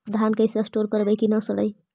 धान कैसे स्टोर करवई कि न सड़ै?